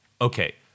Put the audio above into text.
Okay